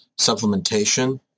supplementation